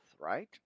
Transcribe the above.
right